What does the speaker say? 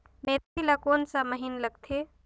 मेंथी ला कोन सा महीन लगथे?